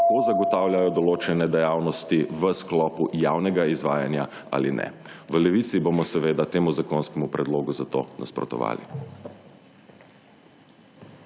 lahko zagotavljajo določene dejavnosti v sklopu javnega izvajanja ali ne. V Levici bomo seveda temu zakonskemu predlogu zato nasprotovali.